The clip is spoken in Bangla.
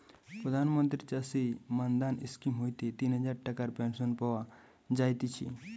প্রধান মন্ত্রী চাষী মান্ধান স্কিম হইতে তিন হাজার টাকার পেনশন পাওয়া যায়তিছে